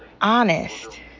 honest